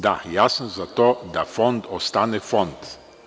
Da, ja sam za to da Fond ostane Fond.